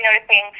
noticing